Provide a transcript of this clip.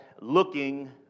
looking